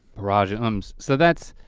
barage of mms. so that's